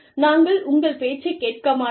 நாங்கள் உங்கள் பேச்சைக் கேட்க மாட்டோம்